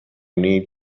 need